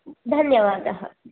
धन्यवादः